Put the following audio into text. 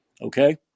okay